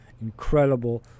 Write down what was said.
Incredible